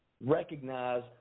recognize